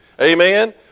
amen